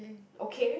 okay